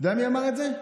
אתה יודע מי אמר את זה?